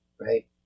right